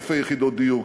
אלפי יחידות דיור,